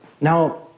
Now